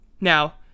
Now